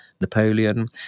Napoleon